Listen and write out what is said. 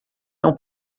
não